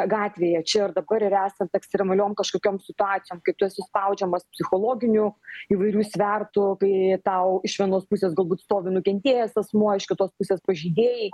gatvėje čia ir dabar ir esant ekstremaliom kažkokiom situacijom kai tu esi spaudžiamas psichologinių įvairių svertų kai tau iš vienos pusės galbūt stovi nukentėjęs asmuo iš kitos pusės pažeidėjai